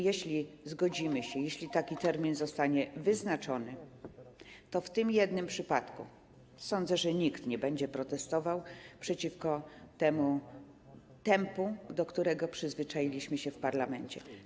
Jeśli zgodzimy się, jeśli taki termin zostanie wyznaczony, to w tym jednym przypadku, sądzę, nikt nie będzie protestował przeciwko temu tempu, do którego przyzwyczailiśmy się w parlamencie.